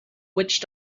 witch